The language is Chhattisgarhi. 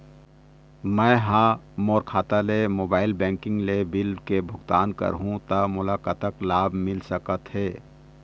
मैं हा मोर खाता ले मोबाइल बैंकिंग ले बिल के भुगतान करहूं ता मोला कतक लाभ मिल सका थे?